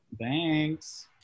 Thanks